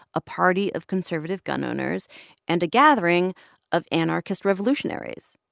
a party of conservative gun owners and a gathering of anarchist revolutionaries.